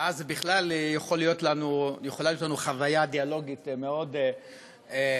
ואז זו בכלל יכולה להיות לנו חוויה דיאלוגית מאוד חביבה,